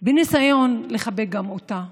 בניסיון לחבק גם אותה.